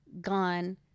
gone